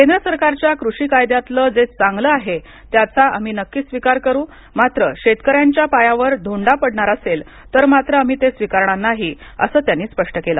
केंद्र सरकारच्या कृषी कायद्यातलं जे चांगलं आहे त्याचा आम्ही नक्कीच स्वीकार करू मात्र शेतकऱ्यांच्या पायावर धोंडा पडणार असेल तर मात्र आम्ही ते स्वीकारणार नाही असं त्यांनी स्पष्ट केलं